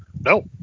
no